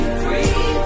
free